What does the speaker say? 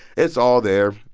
it's all there.